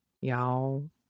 y'all